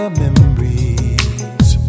memories